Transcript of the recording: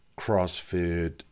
CrossFit